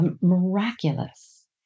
miraculous